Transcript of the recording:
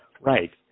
Right